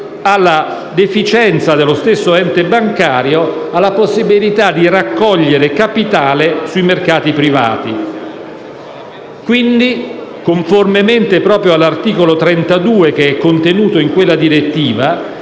alla deficienza dello stesso ente bancario e alla possibilità di raccogliere capitale sui mercati privati. Quindi, conformemente all'articolo 32 contenuto in quella direttiva,